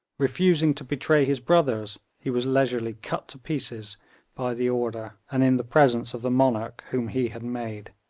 refusing to betray his brothers, he was leisurely cut to pieces by the order and in the presence of the monarch whom he had made.